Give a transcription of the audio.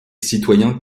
citoyens